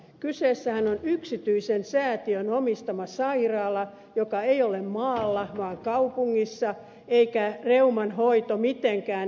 kyseessähän on yksityisen säätiön omistama sairaala joka ei ole maalla vaan kaupungissa eikä reuman hoito mitenkään liity maaseutupolitiikkaan